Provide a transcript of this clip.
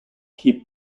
keep